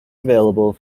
available